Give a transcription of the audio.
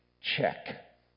Check